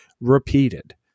repeated